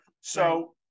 So-